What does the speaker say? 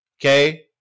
Okay